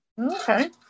Okay